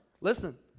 listen